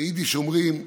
ביידיש אומרים: